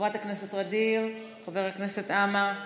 חברת הכנסת ע'דיר, חבר הכנסת עמאר,